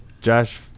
Josh